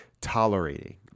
tolerating